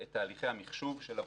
את תהליכי המחשוב של עבודתו.